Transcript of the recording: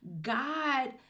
God